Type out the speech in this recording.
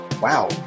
wow